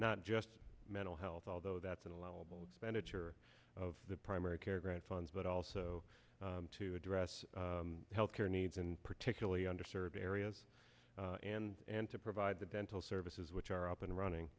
not just mental health although that's allowable expenditure of the primary care grant funds but also to address health care needs and particularly under served areas and and to provide the dental services which are up and running